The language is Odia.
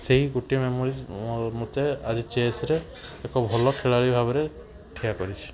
ସେଇ ଗୋଟିଏ ମେମୋରି ମୋତେ ଆଜି ଚେସ୍ରେ ଏକ ଭଲ ଖେଳାଳୀ ଭାବରେ ଠିଆ କରିଛି